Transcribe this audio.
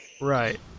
Right